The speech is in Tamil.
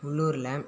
உள்ளூரில்